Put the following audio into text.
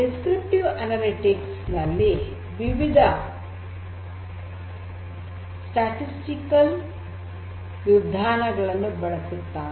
ವಿವರಣಾತ್ಮಕ ಅನಲಿಟಿಕ್ಸ್ ನಲ್ಲಿ ವಿವಿಧ ಸಂಖ್ಯಾಶಾಸ್ತ್ರೀಯ ವಿಧಾನಗಳನ್ನು ಬಳಸುತ್ತಾರೆ